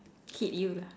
hit you lah